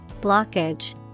blockage